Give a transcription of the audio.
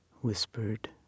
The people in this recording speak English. whispered